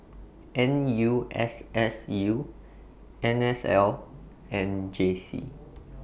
N U S S U N S L and J C